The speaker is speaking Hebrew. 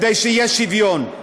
כדי שיהיה שוויון.